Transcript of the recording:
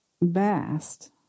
vast